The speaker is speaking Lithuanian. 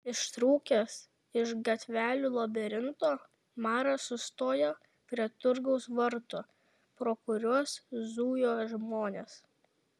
ištrūkęs iš gatvelių labirinto maras sustojo prie turgaus vartų pro kuriuos zujo žmonės